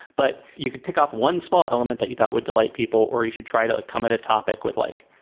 but you could pick off one small element that you thought would delight people, or you should try to come at a topic with like,